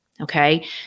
Okay